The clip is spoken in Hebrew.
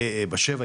בת שבע,